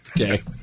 Okay